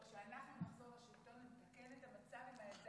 כשאנחנו נחזור לשלטון נתקן את המצב עם העדה הזאת.